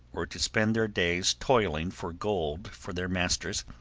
or to spend their days toiling for gold for their masters,